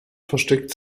versteckt